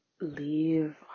leave